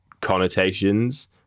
connotations